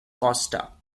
costa